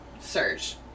search